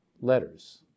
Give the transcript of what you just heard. letters